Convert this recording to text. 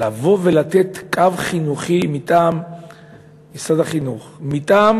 לבוא ולתת קו חינוכי מטעם משרד החינוך, מטעם